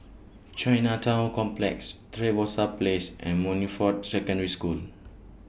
Chinatown Complex Trevose Place and Monifort Secondary School